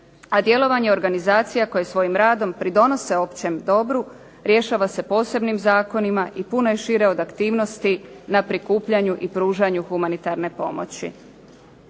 a djelovanje organizacija koje svojim radom pridonose općem dobrom rješava se posebnim zakonima i puno je šire od aktivnosti na prikupljanju i pružanju humanitarne pomoći.